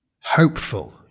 hopeful